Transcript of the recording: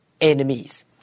enemies